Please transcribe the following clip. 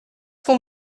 qu’on